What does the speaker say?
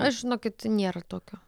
aš žinokit nėra tokio